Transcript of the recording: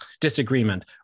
disagreement